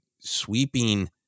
sweeping